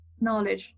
knowledge